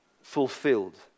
Fulfilled